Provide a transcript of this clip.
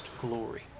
glory